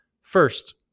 First